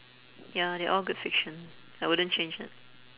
ya they're all good fiction I wouldn't change it